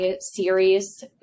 series